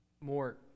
more